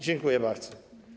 Dziękuję bardzo.